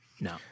no